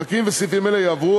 פרקים וסעיפים אלה יעברו,